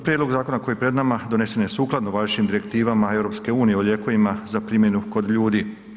Prijedlog zakona koji je pred nama donesen je sukladno važećim direktivama EU o lijekovima za primjenu kod ljudi.